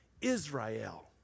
Israel